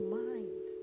mind